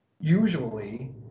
usually